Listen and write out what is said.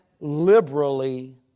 liberally